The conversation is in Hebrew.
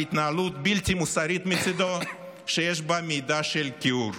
התנהלות בלתי מוסרית מצידו שיש בה מידה של כיעור.